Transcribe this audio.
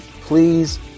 Please